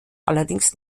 allerdings